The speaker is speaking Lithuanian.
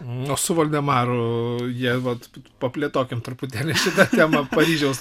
na su valdemaru jie vat paplėtokim truputėlį šitą temą paryžiaus